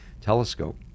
telescope